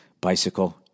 bicycle